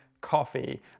coffee